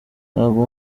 ntabwo